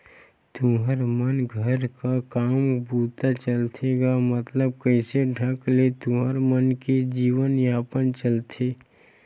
तुँहर मन घर का काम बूता चलथे गा मतलब कइसे ढंग ले तुँहर मन के जीवन यापन चलथे?